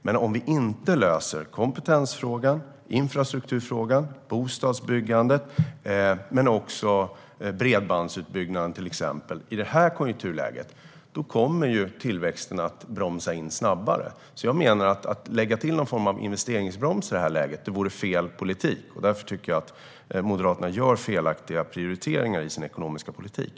Men om vi inte löser kompetensfrågan, infrastrukturfrågan, bostadsbyggandet men också till exempel bredbandsutbyggnaden i det här konjunkturläget kommer tillväxten att bromsa in snabbare. Att lägga till någon form av investeringsbroms i det här läget menar jag vore fel politik, och därför tycker jag att Moderaterna gör felaktiga prioriteringar i sin ekonomiska politik.